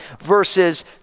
verses